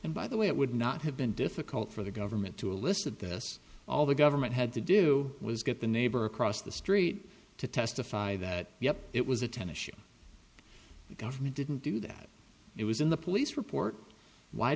and by the way it would not have been difficult for the government to a list of this all the government had to do was get the neighbor across the street to testify that yes it was a tennis shoe the government didn't do that it was in the police report why